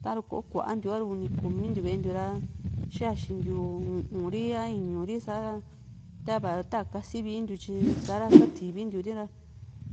taru ko kuantiu uni kumi ntiu ve´e ntiu ra xaxi ntiu u´un ri a iñu ri sa´ra tava taa kasi vintiu tyi sa´ra sativintiuri ra